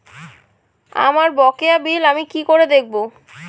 আমার বকেয়া বিল আমি কি করে দেখব?